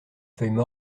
feuilles